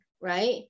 right